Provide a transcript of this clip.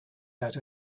that